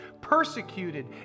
persecuted